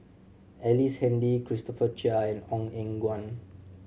Ellice Handy Christopher Chia and Ong Eng Guan